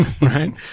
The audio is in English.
right